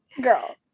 Girl